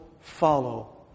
follow